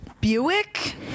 buick